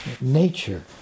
nature